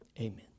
amen